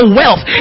wealth